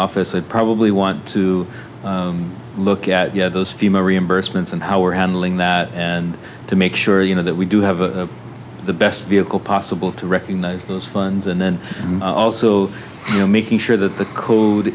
office i'd probably want to look at yeah those fema reimbursements and how we're handling that and to make sure you know that we do have the best vehicle possible to recognize those funds and then also making sure that the code